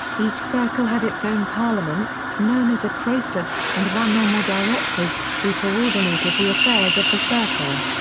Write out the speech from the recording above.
each circle had its own parliament, known as a kreistag, and one or more directors, who coordinated the affairs of the circle.